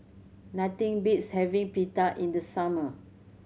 nothing beats having Pita in the summer